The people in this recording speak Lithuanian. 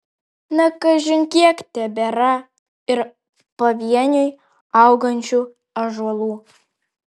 ne kažin kiek tebėra ir pavieniui augančių ąžuolų